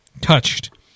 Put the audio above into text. Touched